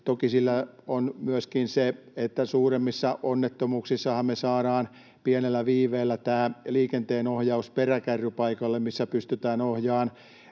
Toki myöskin suuremmissa onnettomuuksissahan me saadaan pienellä viiveellä paikalle liikenteenohjausperäkärry, millä pystytään ohjaamaan